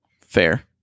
Fair